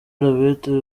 lambert